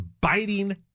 biting